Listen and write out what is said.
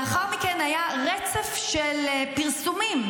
לאחר מכן היה רצף של פרסומים